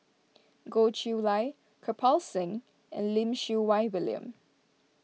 Goh Chiew Lye Kirpal Singh and Lim Siew Wai William